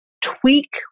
tweak